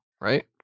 right